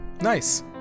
Nice